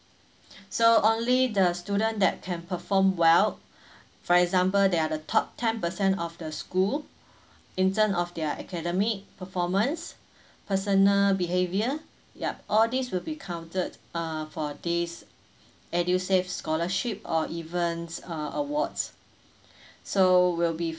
so only the student that can perform well for example they are the top ten percent of the school in terms of their academic performance personal behavior yup all these will be counted uh for this edusave scholarship or even uh awards so will be